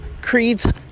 Creed's